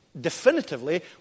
definitively